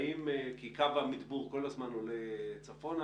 קו המדבור כל הזמן עולה צפונה,